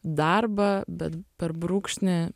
darbą bet per brūkšnį